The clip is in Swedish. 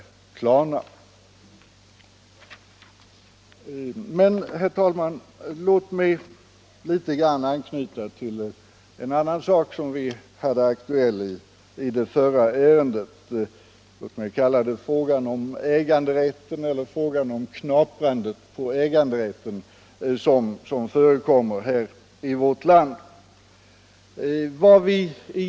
Torsdagen den Men jag vill, herr talman, litet grand anknyta till en annan sak som 29 maj 1975 var aktuell i föregående ärende. Låt mig kalla det frågan om det knaprande på äganderätten som förekommer i vårt land.